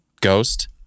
ghost